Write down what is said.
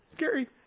Gary